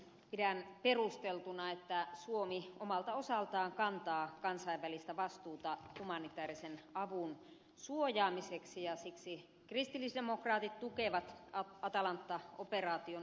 pidän perusteltuna että suomi omalta osaltaan kantaa kansainvälistä vastuuta humanitäärisen avun suojaamiseksi ja siksi kristillisdemokraatit tukevat atalanta operaatioon osallistumista